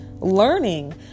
learning